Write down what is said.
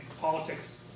politics